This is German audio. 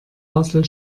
basel